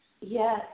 Yes